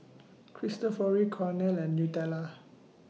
Cristofori Cornell and Nutella